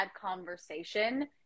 conversation